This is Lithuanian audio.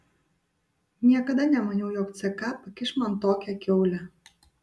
niekada nemaniau jog ck pakiš man tokią kiaulę